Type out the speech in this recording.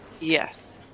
Yes